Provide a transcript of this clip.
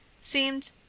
seemed